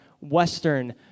western